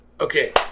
Okay